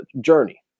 journey